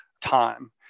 time